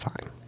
fine